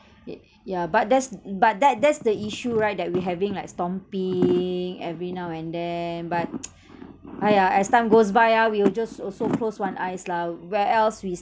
ye~ yeah but that's but that that's the issue right that we're having like stomping every now and then but !aiya! as time goes by ah we will just also close one eyes lah where else we